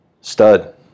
Stud